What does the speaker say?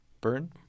burn